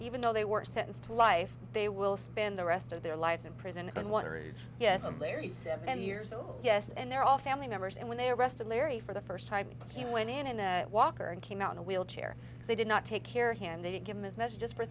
even though they were sentenced to life they will spend the rest of their life in prison on one yes and larry seven years old yes and they're all family members and when they arrested larry for the first time he went in in a walker and came out in a wheelchair they did not take care of him they didn't give him his message just for